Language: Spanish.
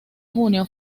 junio